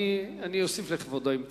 אני אוסיף לכבודו אם צריך.